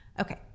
okay